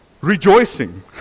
rejoicing